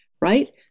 right